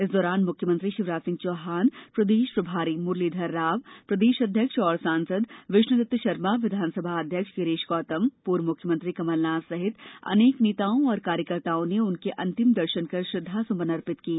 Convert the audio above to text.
इस दौरान मुख्यमंत्री शिवराजसिंह चौहान प्रदेश प्रभारी मुरलीघर राव प्रदेश अध्यक्ष व सांसद विष्णुदत्त शर्मा विधानसभा अध्यक्ष गिरीश गौतम पूर्व मुख्यमंत्री कमलनाथ सहित अनेक नेताओं व कार्यकर्ताओं ने उनके अंतिम दर्शन कर श्रद्धासुमन अर्पित किए